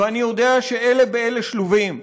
ואני יודע שאלה באלה שלובים,